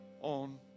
on